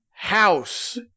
House